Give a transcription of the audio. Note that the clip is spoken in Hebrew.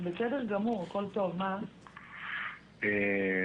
ההלוואה עצמה חזרה אחרי ארבעה